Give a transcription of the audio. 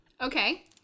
Okay